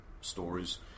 stories